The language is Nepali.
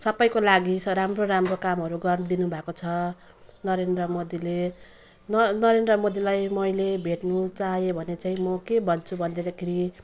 सबैको लागि स राम्रो राम्रो कामहरू गरिदिनु भएको छ नरेन्द्र मोदीले न नरेन्द्र मोदीलाई मैले भेट्नु चाहेँ भने चाहिँ म के भन्छु भनिदिँदाखेरि